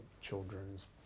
children's